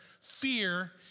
fear